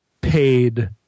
paid